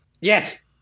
Yes